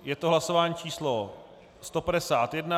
Je to hlasování číslo 151.